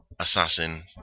Assassin